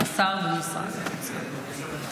השר במשרד האוצר.